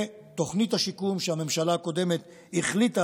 ותוכנית השיקום שהממשלה הקודמת החליטה